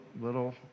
little